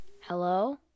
hello